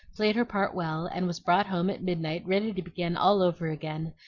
played her part well, and was brought home at midnight ready to begin all over again,